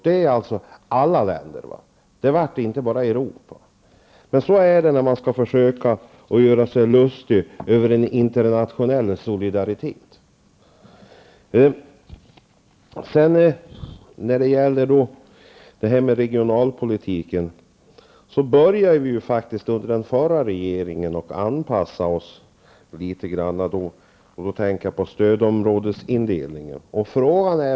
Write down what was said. Den handlar om alla länder och inte bara om Europa. Men så är det när man skall försöka göra sig lustig över internationell solidaritet. När det gäller regionalpolitiken började vi redan under den förra regeringen att anpassa oss litet grand. Och jag tänker då på stödområdesindelningen.